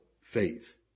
faith